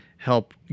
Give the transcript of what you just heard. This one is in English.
help